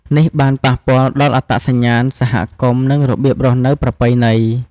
នេះបានប៉ះពាល់ដល់អត្តសញ្ញាណសហគមន៍ និងរបៀបរស់នៅប្រពៃណី។